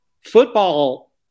football